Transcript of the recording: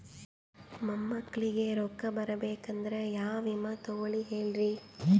ಮೊಮ್ಮಕ್ಕಳಿಗ ರೊಕ್ಕ ಬರಬೇಕಂದ್ರ ಯಾ ವಿಮಾ ತೊಗೊಳಿ ಹೇಳ್ರಿ?